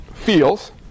feels